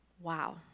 Wow